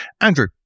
andrew